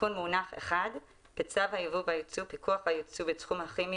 תיקון מונח 1. בצו היבוא והיצוא (פיקוח על ייצוא בתחום הכימי,